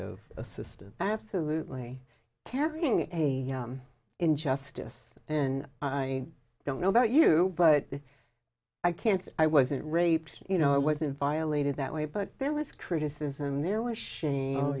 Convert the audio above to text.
of assistance absolutely carrying a injustice and i don't know about you but i can't say i wasn't raped you know i was in violated that way but there was criticism there was sha